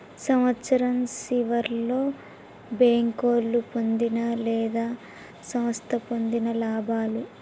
సంవత్సరం సివర్లో బేంకోలు పొందిన లేదా సంస్థ పొందిన లాభాలు